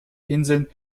inseln